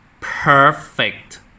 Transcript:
Perfect